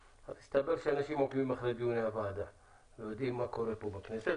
מסתבר שאנשים עוקבים אחרי דיוני הוועדה ויודעים מה קורה פה בכנסת.